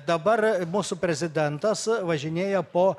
dabar mūsų prezidentas važinėja po